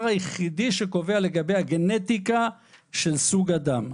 היחיד שקובע לגבי הגנטיקה של סוג הדם.